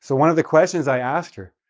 so one of the questions i asked her,